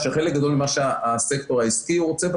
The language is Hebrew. שחלק גדול מהסקטור העסקי רוצה ודאות,